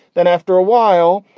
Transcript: then after a while,